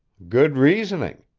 good reasoning.